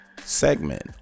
segment